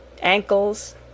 ankles